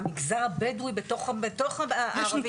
המגזר הבדואי בתוך הערבי.